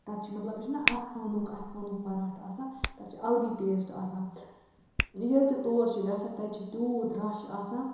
تَتھ چھِ مطلب یہِ چھِنا اَستانُک اَستانُک پَراٹھ آسان تَتھ چھِ اَلگٕے ٹیسٹہٕ آسان ییٚلہِ تہِ تور چھِ گژھان تَتہِ چھِ تیوٗت رَش آسان